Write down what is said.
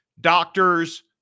doctors